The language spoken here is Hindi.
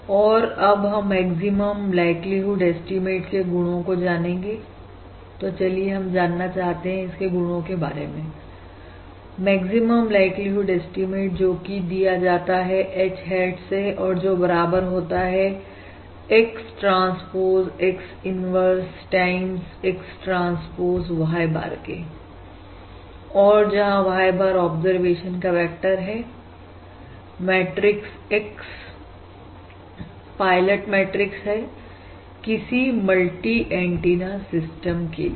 और अब हम मैक्सिमम लाइक्लीहुड ऐस्टीमेट के गुणों को जानेंगे तो चलिए हम जानना चाहते हैं इसके गुणों के बारे में मैक्सिमम लाइक्लीहुड ऐस्टीमेट जोकि दिया जाता है H hat से और जो बराबर होता है X transpose X inverse time X transpose Y bar और जहां Y bar ऑब्जरवेशन का वेक्टर है मैट्रिक्स X पायलट मैट्रिक्स है किसी मल्टी एंटीना सिस्टम के लिए